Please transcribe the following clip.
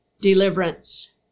deliverance